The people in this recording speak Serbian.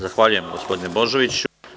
Zahvaljujem, gospodine Božoviću.